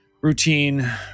routine